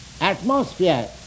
atmosphere